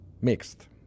mixed